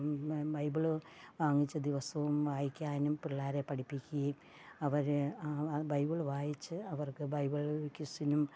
Bible വാങ്ങിച്ച് ദിവസവും വായിക്കാനും പിള്ളേരെ പഠിപ്പിക്കുകയും അവരെ ആ ബൈബിള് വായിച്ച് അവർക്ക് ബൈബിൾ ക്വിസ്സിനും